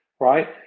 Right